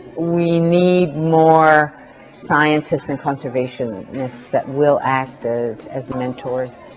we need more scientists and conservationists that will act as as mentors